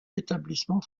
établissements